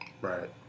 Right